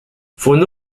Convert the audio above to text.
fundó